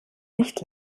nicht